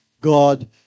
God